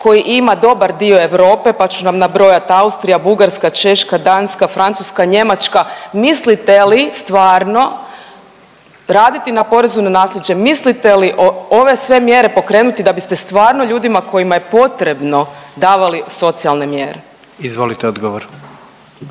koji ima dobar dio Europe pa ću vam nabrojat Austrija, Bugarska, Češka, Danska, Francuska, Njemačka. Mislite li stvarno raditi na porezu na nasljeđe? Mislite li ove sve mjere pokrenuti da biste stvarno ljudima kojima je potrebno davali socijalne mjere? **Jandroković,